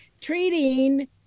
treating